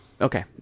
Okay